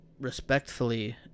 Respectfully